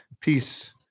peace